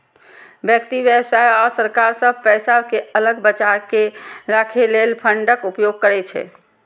व्यक्ति, व्यवसाय आ सरकार सब पैसा कें अलग बचाके राखै लेल फंडक उपयोग करै छै